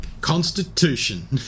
Constitution